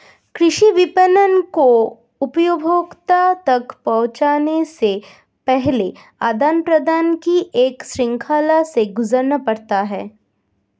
कृषि विपणन को उपभोक्ता तक पहुँचने से पहले आदान प्रदान की एक श्रृंखला से गुजरना पड़ता है